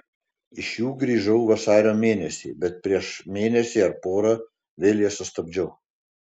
iš jų grįžau vasario mėnesį bet prieš mėnesį ar porą vėl jas sustabdžiau